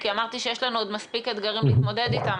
כי אמרתי שיש לנו עוד מספיק אתגרים להתמודד אתם,